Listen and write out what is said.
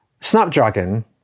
Snapdragon